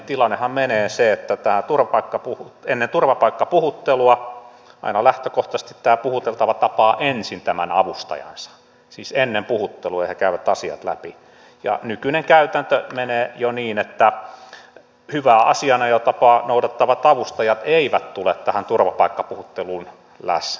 tilannehan menee siten että ennen turvapaikkapuhuttelua aina lähtökohtaisesti tämä puhuteltava tapaa ensin tämän avustajansa siis ennen puhuttelua he käyvät asiat läpi ja nykyinen käytäntö menee jo niin että hyvää asianajotapaa noudattavat avustajat eivät ole tässä turvapaikkapuhuttelussa läsnä